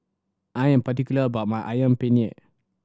I am particular about my Ayam Penyet